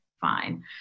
fine